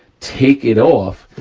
take it off,